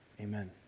Amen